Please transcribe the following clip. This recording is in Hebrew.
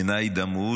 עיניי דמעו.